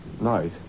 night